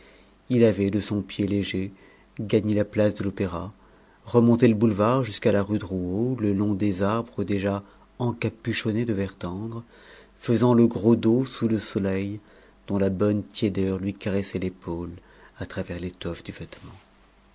il avait de son pied léger gagné la place de l'opéra remonté le boulevard jusqu'à la rue drouot le long des arbres déjà encapuchonnés de vert tendre faisant le gros dos sous le soleil dont la bonne tiédeur lui caressait l'épaule à travers l'étoffe du